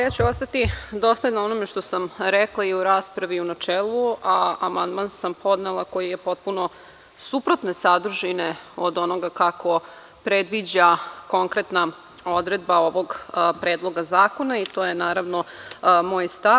Ja ću ostati dostojna onome što sam rekla i u raspravi i u načelu, a amandman sam podnela koji je potpuno suprotne sadržine od onoga kako predviđa konkretna odredba ovog Predloga zakona i to je naravno moj stav.